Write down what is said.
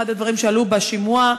אחד הדברים שעלו בשימוע,